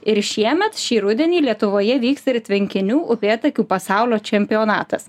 ir šiemet šį rudenį lietuvoje vyks ir tvenkinių upėtakių pasaulio čempionatas